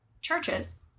churches